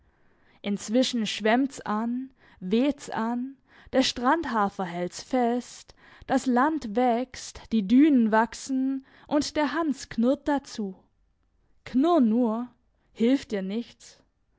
inzwischen schwemmt's an weht's an der strandhafer hält's fest das land wächst die dünen wachsen und der hans knurrt dazu knurr nur hilft dir nichts